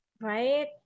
Right